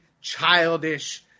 childish